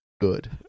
Good